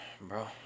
Bro